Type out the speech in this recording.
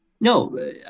no